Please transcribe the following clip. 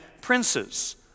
princes